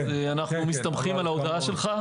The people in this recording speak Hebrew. אנו מסתמכים על ההודעה שלך.